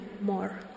more